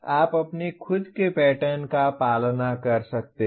आप अपने खुद के पैटर्न का पालन कर सकते हैं